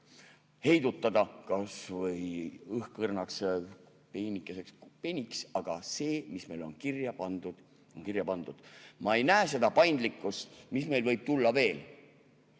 heidutada kas või õhkõrnaks peenikeseks peniks, aga see, mis meil on kirja pandud, on kirja pandud. Ma ei näe seda paindlikkust. Mis meil võib veel